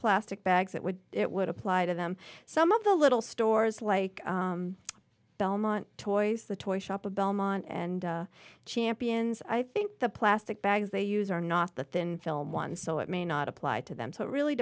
plastic bags it would it would apply to them some of the little stores like belmont toys the toy shop a bellman and champions i think the plastic bags they use are not the thin film ones so it may not apply to them so it really